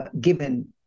given